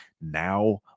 now